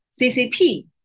CCP